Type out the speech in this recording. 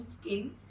skin